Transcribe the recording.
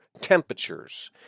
temperatures